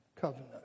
covenant